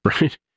right